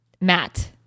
matt